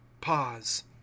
pause